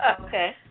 Okay